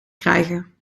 krijgen